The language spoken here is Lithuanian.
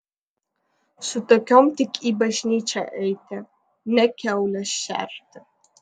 su tokiom tik į bažnyčią eiti ne kiaules šerti